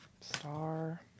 Star